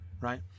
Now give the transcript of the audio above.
right